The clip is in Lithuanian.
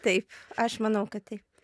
taip aš manau kad taip